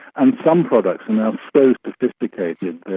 and some products are now so sophisticated that,